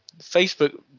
Facebook